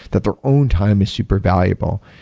that their own time is super valuable.